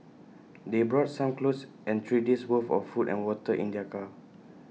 they brought some clothes and three days' worth of food and water in their car